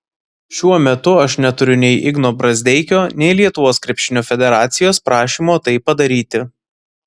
šiuo metu aš neturiu nei igno brazdeikio nei lietuvos krepšinio federacijos prašymo tai padaryti